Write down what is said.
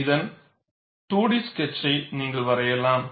இதன் 2D ஸ்கெட்சை நீங்கள் வரையலாம்